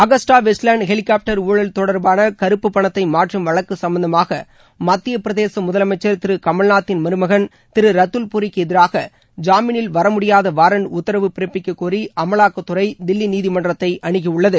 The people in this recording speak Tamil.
அகஸ்டா வெஸ்ட்லாண்டு ஹெலிகாப்டர் ஊழல் தொடர்பான கருப்பு பணத்தை மாற்றும் வழக்கு சம்பந்தமாக மத்திய பிரதேச முதலமைச்சர் திரு கமல்நாத்தின் மருமகன் திரு ராத்துவ்பூரிக்கு எதிராக ஜாமீனில் வர முடியாத வாரண்ட் உத்தரவு பிறப்பிக்க கோரி அமலாக்கத்துறை தில்லி நீதிமன்றத்தை அணுகியுள்ளது